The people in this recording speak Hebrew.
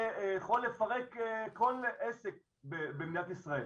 זה יכול לפרק כל עסק במדינת ישראל,